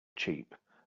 cheap